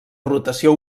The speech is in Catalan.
rotació